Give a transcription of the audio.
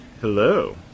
Hello